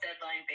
deadline